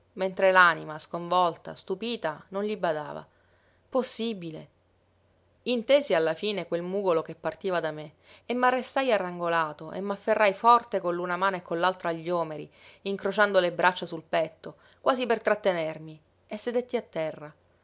mentre l'anima sconvolta stupita non gli badava possibile intesi alla fine quel mugolo che partiva da me e m'arrestai arrangolato e m'afferrai forte con l'una mano e con l'altra gli omeri incrociando le braccia sul petto quasi per trattenermi e sedetti a terra